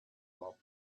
while